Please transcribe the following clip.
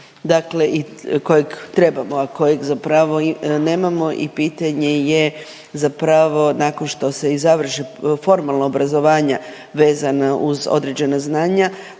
dakle i kojeg trebamo, a kojeg zapravo i nemamo i pitanje je zapravo nakon što se i završi formalna obrazovanja vezana uz određena znanja